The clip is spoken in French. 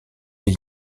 les